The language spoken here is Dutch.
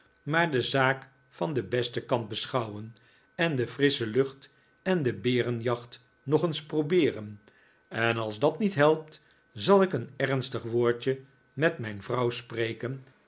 maar de zaak van den besten kant beschouwen en de frissche lucht en de berenjacht nog eens probeeren en als dat niet helpt zal ik een ernstig woordje met mijn vrouw spreken